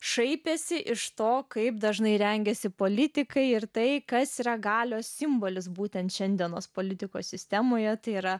šaipėsi iš to kaip dažnai rengiasi politikai ir tai kas yra galios simbolis būtent šiandienos politikos sistemoje tai yra